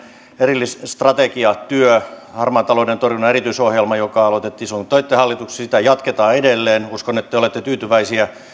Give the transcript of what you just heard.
erillisstrategiatyötä harmaan talouden torjunnan erityisohjelmaa joka aloitettiin silloin kun te olitte hallituksessa jatketaan edelleen uskon että te olette tyytyväisiä